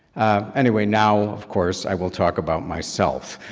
anyway, now, of course, i will talk about myself.